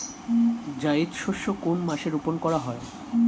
জায়িদ শস্য কোন মাসে রোপণ করা হয়?